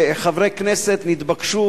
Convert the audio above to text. וחברי כנסת נתבקשו,